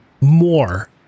more